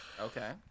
Okay